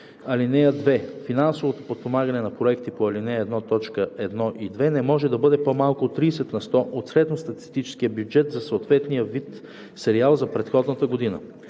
31б. … (2) Финансовото подпомагане на проекти по ал. 1, т. 1 и 2 не може да бъде по-малко от 30 на сто от средностатистическия бюджет за съответния вид сериал за предходната година.